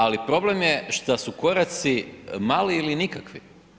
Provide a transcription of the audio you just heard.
Ali, problem je što su koraci mali ili nikakvi.